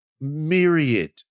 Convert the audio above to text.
myriad